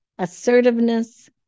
assertiveness